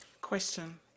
Question